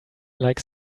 like